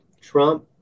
trump